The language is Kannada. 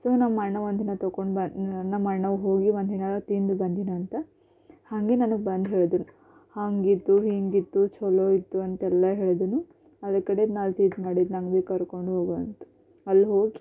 ಸೊ ನಮ್ಮಅಣ್ಣ ಒಂದಿನ ತೊಗೊಂಡ್ ಬ ನಮ್ಮಅಣ್ಣ ಹೋಗಿ ಒಂದಿನ ತಿಂದು ಬಂದಿದ್ದ ಅಂತ ಹಂಗೆ ನನಗೆ ಬಂದು ಹೇಳಿದನು ಹಂಗಿತ್ತು ಹಿಂಗಿತ್ತು ಛಲೋ ಇತ್ತು ಅಂತೆಲ್ಲ ಹೇಳಿದನು ಅವರ ಕಡೆ ನಾನು ಸಿಟ್ಟು ಮಾಡಿದೆ ನಂಗೂ ಕರ್ಕೊಂಡೋಗು ಅಂತ ಅಲ್ಲೋಗಿ